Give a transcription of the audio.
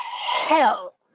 hell